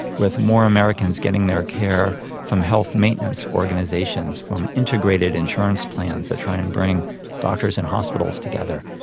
with more americans getting their care from health maintenance organisations, from integrated insurance plans, that try and bring doctors in hospitals together.